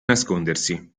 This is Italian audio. nascondersi